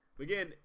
Again